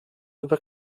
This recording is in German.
über